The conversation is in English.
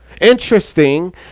Interesting